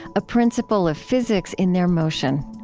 a principle of physics in their motion.